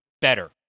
better